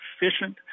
efficient